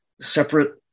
separate